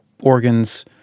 organs